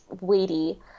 weighty